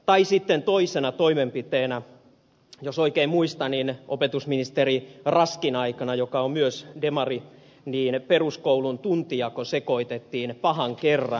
tai sitten toisena toimenpiteenä jos oikein muistan opetusministeri raskin aikana joka on myös demari peruskoulun tuntijako sekoitettiin pahan kerran